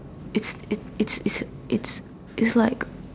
it's it's it's it's it's it's like